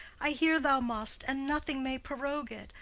i hear thou must, and nothing may prorogue it,